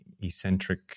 eccentric